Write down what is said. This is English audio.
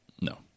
No